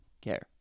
care